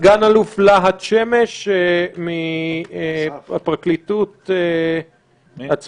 סגן אלוף להט שמש מהפרקליטות הצבאית,